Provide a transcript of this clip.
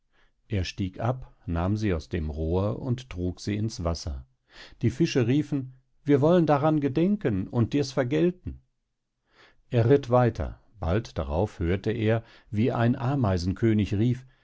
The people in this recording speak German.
er stieg ab nahm sie aus dem rohr und trug sie ins wasser die fische riefen wir wollen daran gedenken und dirs vergelten er ritt weiter bald darauf hörte er wie ein ameisenkönig rief